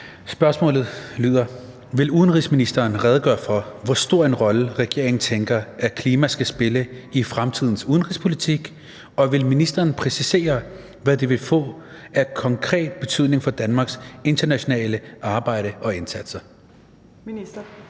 Siddique (UFG): Vil udenrigsministeren redegøre for, hvor stor en rolle regeringen tænker at klima skal spille i fremtidens udenrigspolitik, og vil ministeren præcisere, hvad det vil få af konkret betydning for Danmarks internationale arbejde og indsatser?